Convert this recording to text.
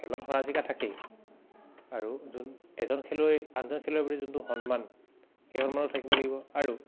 খেলত হৰা জিকা থাকেই আৰু যোন এজন খেলুৱৈ আনজন খেলুৱৈৰ প্ৰতি যোনটো সন্মান সেই সন্মানো থাকিব লাগিব আৰু